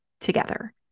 together